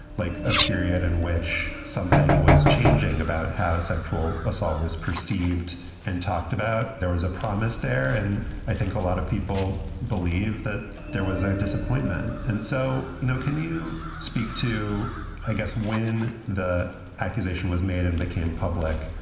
like a period in which something was changing about how sexual assault was perceived and talked about. there was a promise there. and i think a lot of people believe that there was a disappointment. and so, you know, can you speak to i guess when the accusation was made and became public,